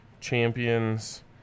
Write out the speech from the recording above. champions